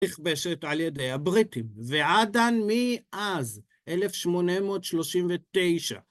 נכבשת על ידי הבריטים, ועדן מאז 1839.